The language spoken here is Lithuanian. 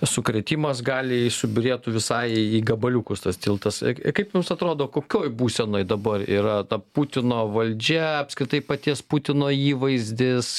sukrėtimas gali subyrėtų visai į gabaliukus tas tiltas kaip jums atrodo kokioj būsenoj dabar yra ta putino valdžia apskritai paties putino įvaizdis